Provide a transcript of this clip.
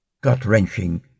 gut-wrenching